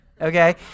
okay